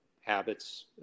habits